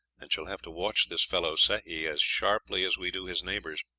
and shall have to watch this fellow sehi as sharply as we do his neighbors.